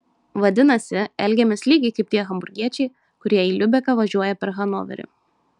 vadinasi elgiamės lygiai kaip tie hamburgiečiai kurie į liubeką važiuoja per hanoverį